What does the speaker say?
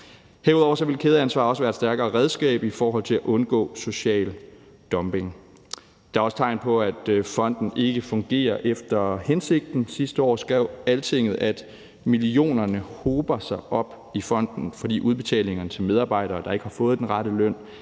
Herudover ville et kædeansvar også være et stærkere redskab i forhold til at undgå social dumping. Der er også tegn på, at fonden ikke fungerer efter hensigten. Sidste år skrev Altinget, at millionerne hober sig op i fonden, fordi udbetalingerne til medarbejdere, der ikke har fået den rette løn,